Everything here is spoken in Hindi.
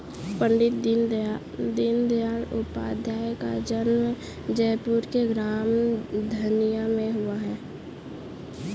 पण्डित दीनदयाल उपाध्याय का जन्म जयपुर के ग्राम धनिया में हुआ था